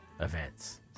events